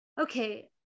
Okay